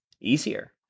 easier